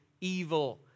evil